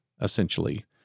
essentially